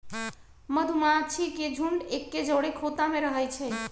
मधूमाछि के झुंड एके जौरे ख़ोता में रहै छइ